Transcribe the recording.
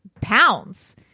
pounds